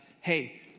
hey